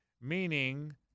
meaning